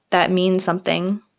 that means something.